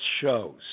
shows